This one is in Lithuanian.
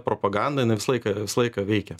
propaganda jinai visą laiką visą laiką veikia